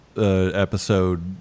episode